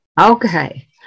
Okay